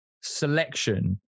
selection